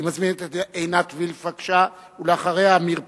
אני מזמין את עינת וילף, בבקשה, ואחריה, עמיר פרץ.